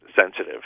sensitive